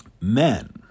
Men